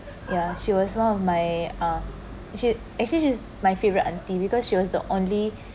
ya she was one of my uh she actually is my favourite auntie because she was the only